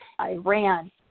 Iran